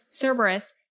Cerberus